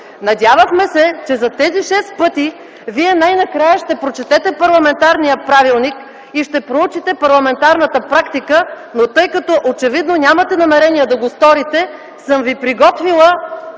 Надявахме се, че за тези шест пъти вие най-накрая ще прочетете парламентарния правилник и ще проучите парламентарната практика, но тъй като очевидно нямате намерение да го сторите, съм ви приготвила